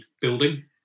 building